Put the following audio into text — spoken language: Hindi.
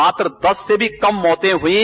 मात्र दस से भी कम मौतें हुई है